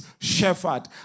Shepherd